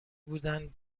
بودن